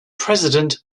president